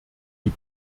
die